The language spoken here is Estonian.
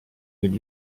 ning